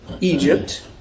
Egypt